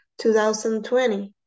2020